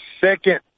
second